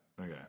Okay